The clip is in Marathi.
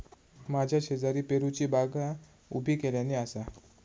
माझ्या शेजारी पेरूची बागा उभी केल्यानी आसा